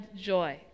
joy